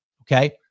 Okay